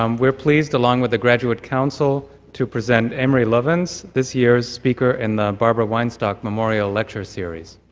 um we're pleased along with the graduate council to present, amory lovins, this year's speaker in the barbara weinstock memorial lecture series.